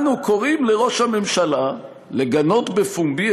אנו קוראים לראש הממשלה לגנות בפומבי